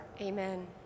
Amen